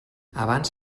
abans